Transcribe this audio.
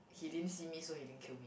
he didn't see me so he didn't kill me